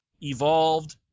evolved